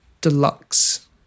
Deluxe